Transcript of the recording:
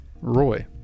Roy